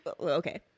okay